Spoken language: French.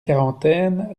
quarantaine